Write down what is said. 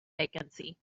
vacancy